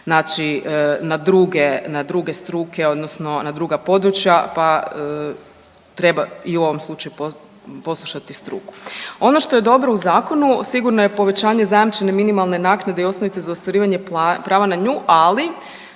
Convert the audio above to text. znači na druge struke, odnosno na druga područja, pa treba i u ovom slučaju poslušati struku. Ono što je dobro u zakonu, sigurno je povećanje zajamčene minimalne naknade i osnovice za ostvarivanje prava na nju, ali,